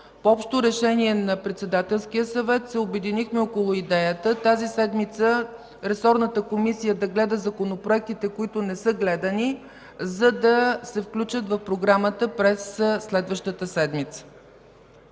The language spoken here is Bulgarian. По общо решение на Председателския съвет се обединихме около идеята тази седмица ресорната Комисия да гледа законопроектите, които не са гледани, за да се включат в програмата през следващата седмица.